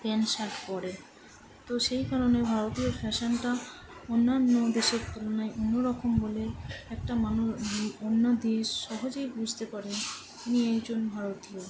pant shirt পরে তো সেই কারণে ভারতীয় ফ্যাশনটা অন্যান্য দেশের তুলনায় অন্য রকম বলে একটা মানুষ অন্য দেশ সহজেই বুঝতে পারে উনি একজন ভারতীয়